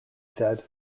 said